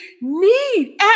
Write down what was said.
need